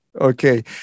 okay